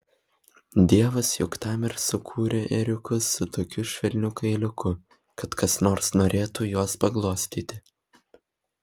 dievas juk tam ir sukūrė ėriukus su tokiu švelniu kailiuku kad kas nors norėtų juos paglostyti